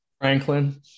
Franklin